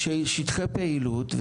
-- שטחי פעילות,